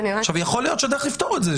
יכול להיות שהדרך לפתור את זה,